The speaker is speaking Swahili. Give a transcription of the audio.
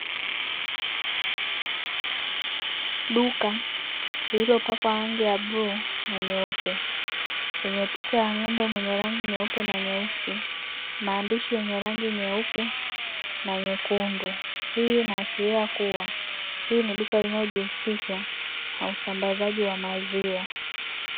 Duka lililopakwa rangi ya bluu na nyeupe lenye picha ya ng'ombe, mwenye rangi nyeupe na nyeusi maandishi yenye rangi nyeupe na nyekundu. Hii inaashiria kuwa hii ni duka linalojihusisha na usambazaji wa maziwa.